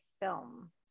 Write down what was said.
film